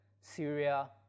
Syria